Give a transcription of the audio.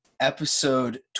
episode